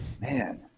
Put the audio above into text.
Man